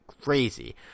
crazy